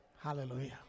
Hallelujah